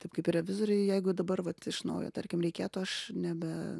taip kaip ir revizoriuj jeigu dabar vat iš naujo tarkim reikėtų aš nebe